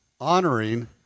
honoring